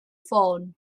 ffôn